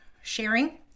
sharing